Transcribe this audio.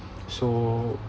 so